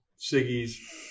Siggy's